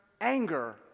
anger